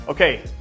Okay